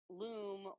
loom